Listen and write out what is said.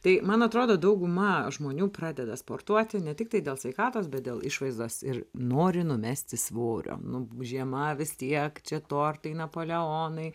tai man atrodo dauguma žmonių pradeda sportuoti ne tiktai dėl sveikatos bet dėl išvaizdos ir nori numesti svorio nu žiema vis tiek čia tortai napoleonai